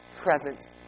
present